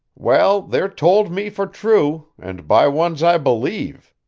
well, they're told me for true, and by ones i believe,